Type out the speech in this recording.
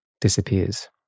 disappears